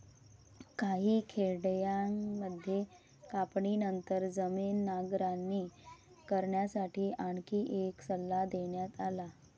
काही खेड्यांमध्ये कापणीनंतर जमीन नांगरणी करण्यासाठी आणखी एक सल्ला देण्यात आला